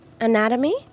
Anatomy